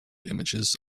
images